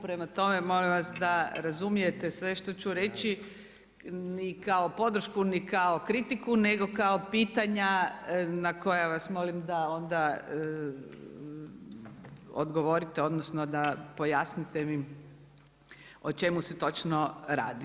Prema tome, molim vas da razumijete sve što ću reći ni kao podršku, ni kao kritiku, nego kao pitanja na koja vas molim da onda odgovorite, odnosno da pojasnite o čemu se točno radi.